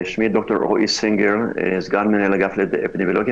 שמי ד"ר רועי סינגר, סגן מנהל אגף אפידמיולוגי.